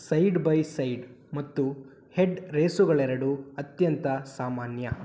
side by side ಮತ್ತು head ರೇಸುಗಳೆರಡೂ ಅತ್ಯಂತ ಸಾಮಾನ್ಯ